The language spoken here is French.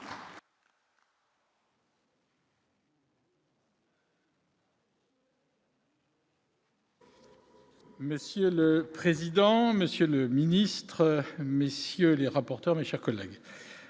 Monsieur le président, Monsieur le ministre, messieurs les rapporteurs, mes chers collègues,